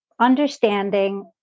understanding